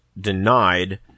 denied